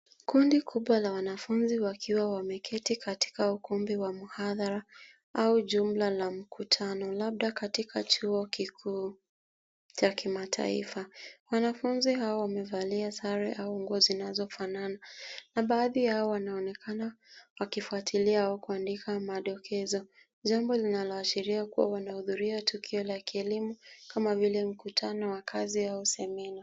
Kundi kubwa la wanafunzi wakiwa wameketi katika ukumbi wa mahadhara au jumba la mkutano labda katika chuo kikuu cha kimataifa. Wanafunzi hao wamevalia sare au nguo zinazofanana na baadhi yao wanaonekana wakifuatilia au kuandika madokezo, jambo linaloashiria kuwa wanahudhuria tukio la kielimu kama vile mkutano wa kazi au semina.